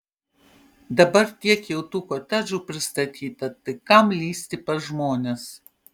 dabar tiek jau tų kotedžų pristatyta tai kam lįsti pas žmones